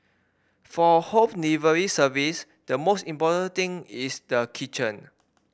for home delivery service the most important thing is the kitchen